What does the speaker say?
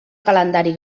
calendari